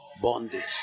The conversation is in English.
bondage